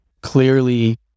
clearly